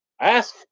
Ask